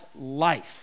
life